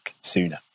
sooner